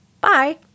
Bye